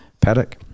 paddock